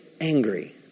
angry